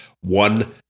One